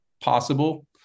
possible